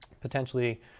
potentially